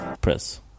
press